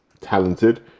talented